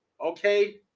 okay